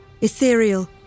ethereal